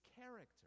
character